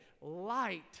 light